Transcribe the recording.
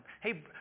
Hey